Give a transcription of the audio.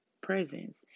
presence